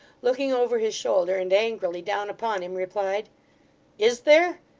looking over his shoulder and angrily down upon him, replied is there!